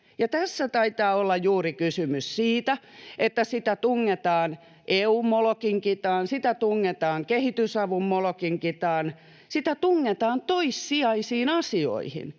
Tässä taitaa olla juuri kysymys siitä, että sitä tungetaan EU:n Molokin kitaan, sitä tungetaan kehitysavun Molokin kitaan, sitä tungetaan toissijaisiin asioihin.